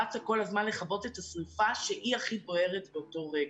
הזמן אתה רצה לכבות השריפה שהיא הכי בוערת באותו רגע.